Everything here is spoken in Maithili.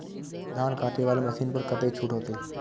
धान कटे वाला मशीन पर कतेक छूट होते?